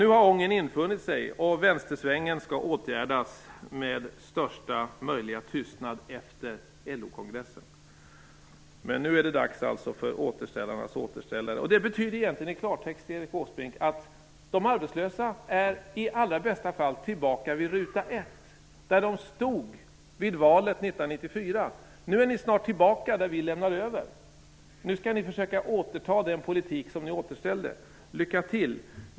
Nu har ångern infunnit sig, och vänstersvängen skall åtgärdas med största möjliga tystnad efter LO-kongressen. Nu är det dags för återställarnas återställare. Det betyder i klartext, Erik Åsbrink, att de arbetslösa i allra bästa fall är tillbaka vid ruta ett, där de stod vid valet 1994. Nu är ni snart tillbaka där vi lämnade över. Nu skall ni försöka återta den politik som ni återställde. Lycka till!